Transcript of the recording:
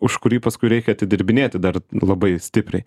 už kurį paskui reikia atidirbinėti dar labai stipriai